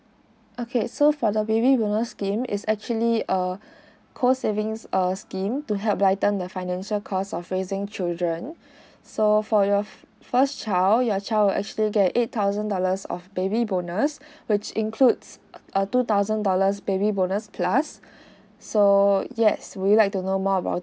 okay so for the baby boomers scheme it's actually a cold savings err scheme to help lighten the financial cost of raising children so for your first child your child will actually get eight thousand dollars of baby bonus which includes a two thousand dollars baby bonus plus so yes would you like to know more about